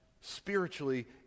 spiritually